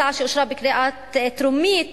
הצעה שאושרה בקריאה טרומית,